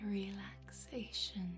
relaxation